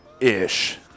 ish